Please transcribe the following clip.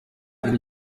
iri